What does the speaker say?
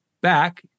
back